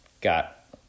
got